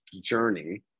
journey